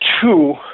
Two